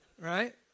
right